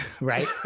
Right